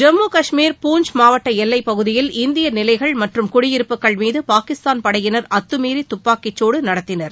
ஜம்மு காஷ்மீர் பூஞ்ச் மாவட்ட எல்லைப்பகுதியில் இந்திய நிலைகள் மற்றும் குடியிருப்புகள் மீது பாகிஸ்தான் படையினர் அத்துமீறி துப்பாக்கிச்சூடு நடத்தினர்